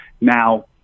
now